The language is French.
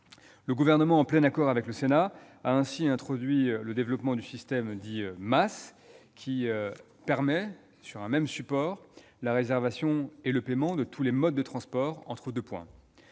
Le Gouvernement, en plein accord avec le Sénat, a ainsi introduit dans le texte le développement du système dit MaaS,, permettant, sur un même support, la réservation et le paiement de tous les modes de transport entre deux points.